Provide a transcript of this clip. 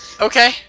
Okay